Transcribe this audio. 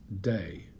day